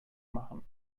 machen